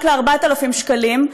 רק ל-4,000 שקלים,